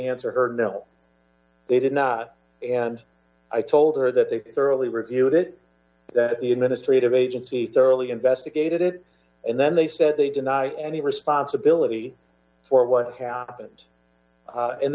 answer her no they did not and i told her that they thoroughly reviewed it that the administrative agency thoroughly investigated it and then they said they deny any responsibility for what happen